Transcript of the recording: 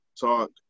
talk